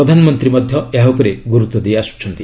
ପ୍ରଧାନମନ୍ତ୍ରୀ ମଧ୍ୟ ଏହା ଉପରେ ଗୁରୁତ୍ୱଦେଇ ଆସୁଛନ୍ତି